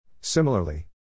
Similarly